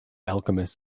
alchemist